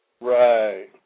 Right